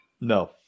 No